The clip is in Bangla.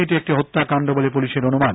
এটি একটি হত্যাকাণ্ড বলে পুলিশের অনুমান